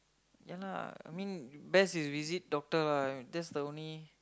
ya lah I mean best is visit doctor lah that's the only